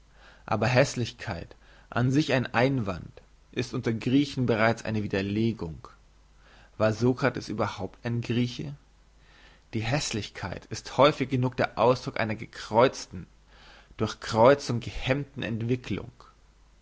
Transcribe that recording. aber hässlichkeit an sich ein einwand ist unter griechen beinahe eine widerlegung war sokrates überhaupt ein grieche die hässlichkeit ist häufig genug der ausdruck einer gekreuzten durch kreuzung gehemmten entwicklung